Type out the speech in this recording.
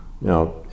Now